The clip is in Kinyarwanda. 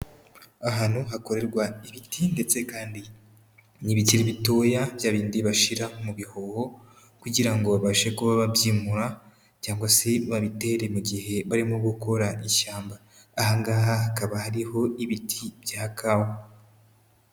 Ahantu hakorerwa ibiti, ndetse kandi n'ibikiri bitoya, bya bindi bashira mu bihoho, kugira ngo babashe kuba babyimura, cyangwa se babitere mu gihe barimo gukora ishyamba. Aha ngaha hakaba hariho ibiti bya kawa.